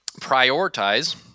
prioritize